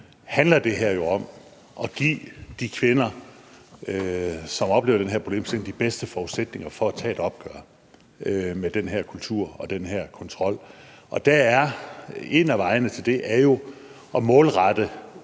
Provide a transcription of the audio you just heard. handler det her om at give de kvinder, som oplever den her problemstilling, de bedste forudsætninger for at tage et opgør med den her kultur og den her kontrol, og en af vejene til det er jo at målrette